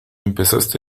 empezaste